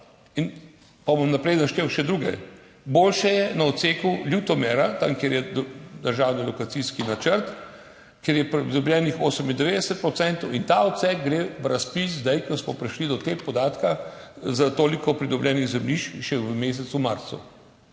Bom naprej naštel še druge. Boljše je na odseku Ljutomera, tam, kjer je državni lokacijski načrt, kjer je pridobljenih 98 %. Ta odsek gre zdaj, ko smo prišli do tega podatka za toliko pridobljenih zemljišč, v razpis za